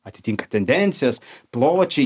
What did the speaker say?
atitinka tendencijas pločiai